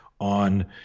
on